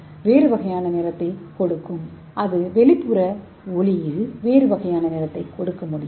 ஒளி மற்றும் அது வெளிப்புற ஒளியில் வேறு வகையான நிறத்தை கொடுக்க முடியும்